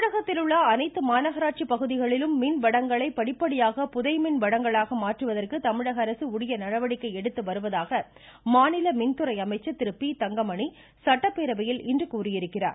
தமிழகத்தில் உள்ள அனைத்து மாநகராட்சி பகுதிகளிலும் மின்வடங்கனை படிப்படியாக புதைமின் வடங்களாக மாற்றுவதற்கு தமிழகஅரசு உரிய நடவடிக்கை எடுத்து வருவதாக மாநில மின்துறை அமைச்சர் திரு பி தங்கமணி சட்டப்பேரவையில் இன்று கூறியிருக்கிறார்